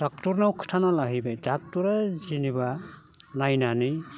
ड'क्टरनाव खोथाना लाहैबाय ड'क्टरा जेनेबा नायनानै